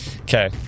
Okay